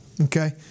Okay